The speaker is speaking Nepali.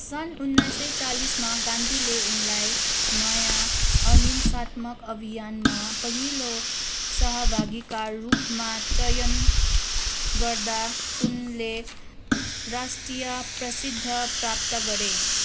सन् उन्नाइस सय चालिसमा गान्धीले उनलाई नयाँ अहिंसात्मक अभियानमा पहिलो सहभागीका रूपमा चयन गर्दा उनले राष्ट्रिय प्रसिद्ध प्राप्त गरे